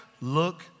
look